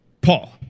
Paul